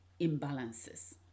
imbalances